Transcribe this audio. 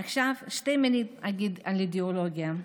עכשיו, שתי מילים אגיד על אידיאולוגיה.